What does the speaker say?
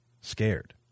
scared